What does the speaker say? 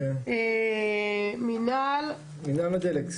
מינהל הדלק.